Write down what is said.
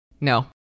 no